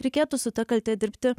reikėtų su ta kalte dirbti